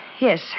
Yes